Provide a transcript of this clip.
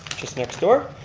just next door.